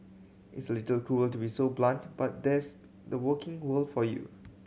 it's a little cruel to be so blunt but that's the working world for you